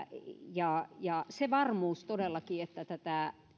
ja ja todellakin siihen että tätä